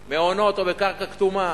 מעונות, או בקרקע כתומה,